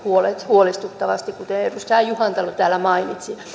huolestuttavasti kuten edustaja juhantalo täällä mainitsi